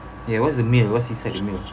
ya what's the meal what's inside the meal